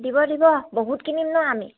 দিব দিব বহুত কিনিম নহ্ আমি